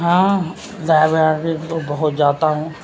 ہاں لائبریریز تو بہت جاتا ہوں